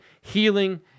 healing